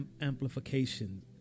amplification